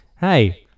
Hey